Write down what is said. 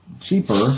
cheaper